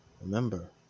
remember